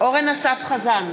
אורן אסף חזן,